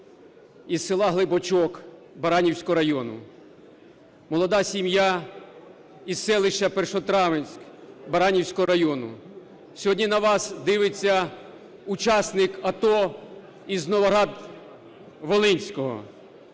із села Глибочок Баранівського району. Молода сім'я із селища Першотравенськ Баранівського району. Сьогодні на вас дивиться учасник АТО із Новоград-Волинського.